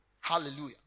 Hallelujah